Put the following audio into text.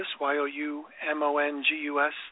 y-o-u-m-o-n-g-u-s